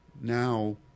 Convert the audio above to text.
now